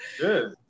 Good